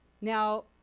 now